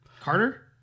Carter